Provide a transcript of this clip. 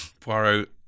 Poirot